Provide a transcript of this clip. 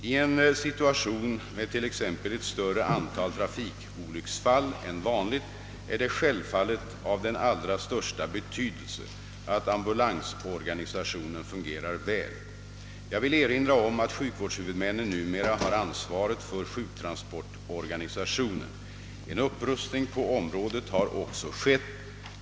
I en situation med t.ex. ett större antal trafikolycksfall än vanligt är det självfallet av den allra största betydelse att ambulansorganisationen fungerar väl. Jag vill erinra om att sjukvårdshuvudmännen numera har ansvaret för sjuktransportorganisationen. En upprustning på området har också skett.